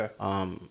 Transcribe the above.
okay